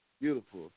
beautiful